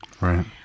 Right